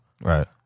Right